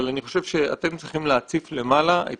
אבל אני חושב שאתם צריכים להציף למעלה את